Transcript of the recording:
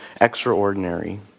extraordinary